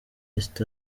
east